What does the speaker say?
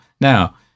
now